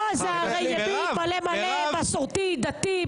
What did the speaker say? לא, הרי זה ימין מלא-מלא, מסורתי, דתי.